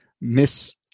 miss